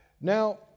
Now